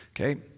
Okay